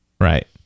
Right